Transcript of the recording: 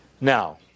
Now